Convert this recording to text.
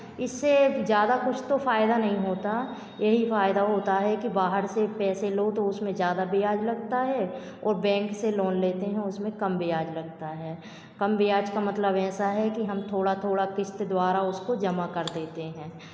इससे जादा कुछ तो फ़ायदा नहीं होता यही फ़ायदा होता है कि बाहर से पैसे लो तो उसमें जादा ब्याज़ लगता है और बैंक से लोन लेते हैं उसमें कम ब्याज़ लगता है कम ब्याज़ का मतलब ऐसा है कि हम थोड़ा थोड़ा किस्त द्वारा उसको जमा कर देते हैं